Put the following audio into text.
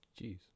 Jeez